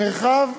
מרחב